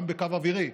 גם בקו אווירי,